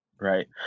right